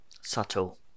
Subtle